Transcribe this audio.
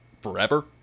forever